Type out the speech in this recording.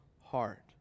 heart